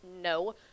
No